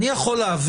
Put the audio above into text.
אני יכול להבין,